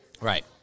Right